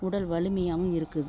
உடல் வலிமையாகவும் இருக்குது